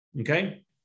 okay